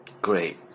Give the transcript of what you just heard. Great